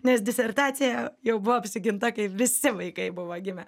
nes disertacija jau buvo apsiginta kai visi vaikai buvo gimę